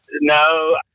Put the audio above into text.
No